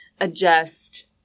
Adjust